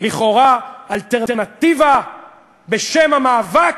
לכאורה אלטרנטיבה בשם המאבק.